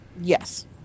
yes